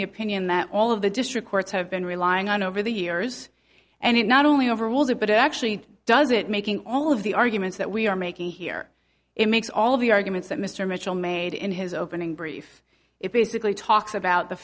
the opinion that all of the district courts have been relying on over the years and it not only overruled it but actually does it making all of the arguments that we are making here it makes all of the arguments that mr mitchell made in his opening brief it basically talks about the